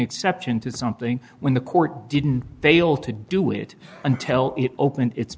exception to something when the court didn't fail to do it until it opened it